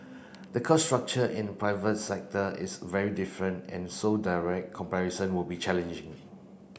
the cost structure in private sector is very different and so direct comparison would be challenging